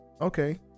okay